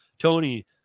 Tony